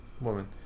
woman